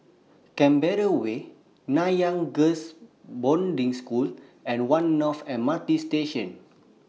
Canberra Way Nanyang Girls' Boarding School and one North M R T Station